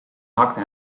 hakte